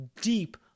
deep